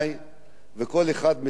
וכל אחד מהצד שלו,